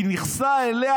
היא ניכסה אליה,